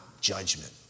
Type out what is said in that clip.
judgment